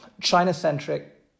China-centric